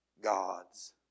gods